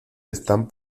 están